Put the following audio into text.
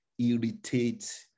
irritate